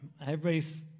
Everybody's